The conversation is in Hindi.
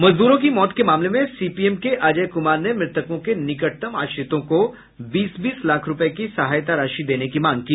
मजदूरों की मौत के मामले में सीपीएम के अजय कुमार ने मृतकों के निकटतम आश्रितों को बीस बीस लाख रूपये की सहायता राशि देने की मांग की